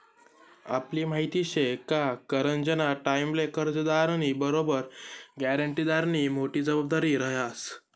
आपले माहिती शे का करजंना टाईमले कर्जदारनी बरोबर ग्यारंटीदारनी मोठी जबाबदारी रहास